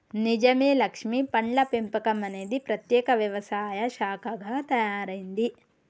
నిజమే లక్ష్మీ పండ్ల పెంపకం అనేది ప్రత్యేక వ్యవసాయ శాఖగా తయారైంది